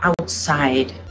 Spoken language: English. outside